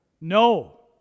No